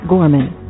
Gorman